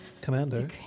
Commander